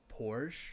Porsche